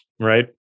right